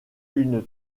une